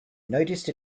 noticed